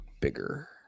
bigger